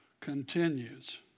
continues